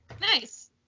Nice